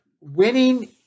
winning